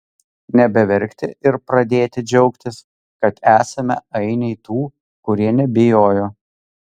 nebeverkti ir pradėti džiaugtis kad esame ainiai tų kurie nebijojo